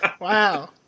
Wow